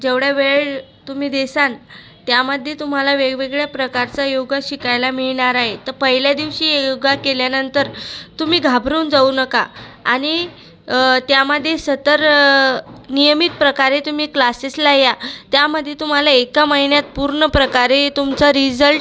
जेवढा वेळ तुम्ही देसान त्यामध्ये तुम्हाला वेगवेगळ्या प्रकारचा योगा शिकायला मिळणार आहे तर पहिल्या दिवशी योगा केल्यानंतर तुम्ही घाबरून जाऊ नका आणि त्यामध्ये सतर नियमित प्रकारे तुम्ही क्लासेसला या त्यामध्ये तुम्हाला एका महिन्यात पूर्ण प्रकारे तुमचा रिजल्ट